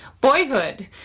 Boyhood